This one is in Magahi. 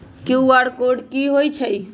कियु.आर कोड कि हई छई?